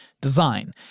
design